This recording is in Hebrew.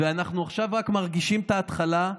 ואנחנו עכשיו רק מרגישים את ההתחלה,